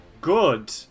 good